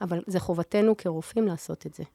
אבל זה חובתנו כרופאים לעשות את זה.